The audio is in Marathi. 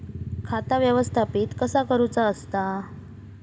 खाता व्यवस्थापित कसा करुचा असता?